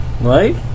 Right